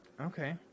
Okay